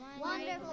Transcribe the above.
Wonderful